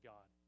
God